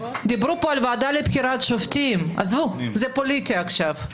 דיברו פה על הוועדה לבחירת שופטים: עזבו זה פוליטי עכשיו,